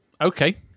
Okay